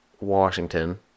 Washington